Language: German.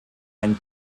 ein